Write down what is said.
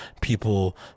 people